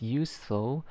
useful